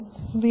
आणि व्ही